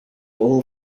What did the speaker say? all